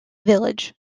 village